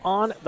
on